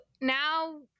now